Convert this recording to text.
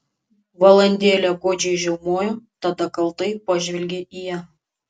valandėlę godžiai žiaumojo tada kaltai pažvelgė į ją